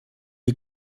est